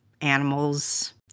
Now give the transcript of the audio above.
animals